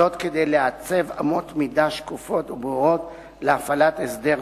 כדי לעצב אמות מידה שקופות וברורות להפעלת הסדר